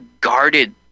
guarded